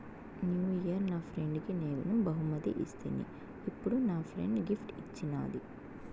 new year నా ఫ్రెండ్కి నేను బహుమతి ఇస్తిని, ఇప్పుడు నా ఫ్రెండ్ గిఫ్ట్ ఇచ్చిన్నాది